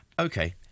okay